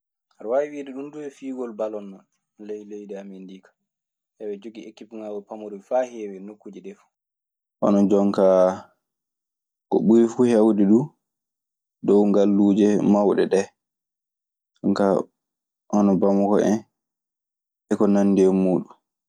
Aɗa waawi wiide ɗum duu yo fiigol balon non. Ley leydi amen ndii ka eɓe joggii ekippungaawoy pamaroy faa heewi e nokkuuje ɗee fuu. Hono jonkaa ko curi heewde duu dow ngalluuje mawɗe ɗee. Ɗun kaa hono Bamako en e ko anndi e muuɗun.